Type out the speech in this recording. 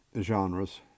genres